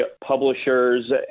publishers